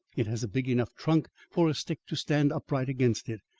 it has a big enough trunk for a stick to stand upright against it,